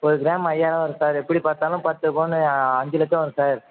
ஒரு கிராம் ஐயாயிரம் வரும் சார் எப்படி பார்த்தாலும் பத்து பவுன் அஞ்சு லட்சம் வரும் சார்